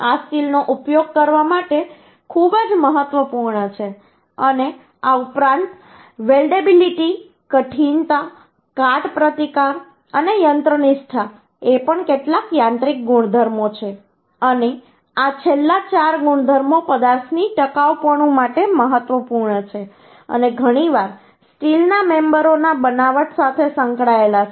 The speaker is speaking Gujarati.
આ સ્ટીલનો ઉપયોગ કરવા માટે ખૂબ જ મહત્વપૂર્ણ છે અને આ ઉપરાંત વેલ્ડેબિલિટી કઠિનતા કાટ પ્રતિકાર અને યંત્રનિષ્ઠા એ પણ કેટલાક યાંત્રિક ગુણધર્મો છે અને આ છેલ્લા ચાર ગુણધર્મો પદાર્થની ટકાઉપણું માટે મહત્વપૂર્ણ છે અને ઘણીવાર સ્ટીલના મેમબરોના બનાવટ સાથે સંકળાયેલા છે